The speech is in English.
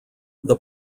this